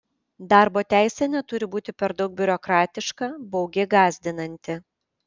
darbo teisė neturi būti per daug biurokratiška baugi gąsdinanti